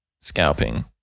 scalping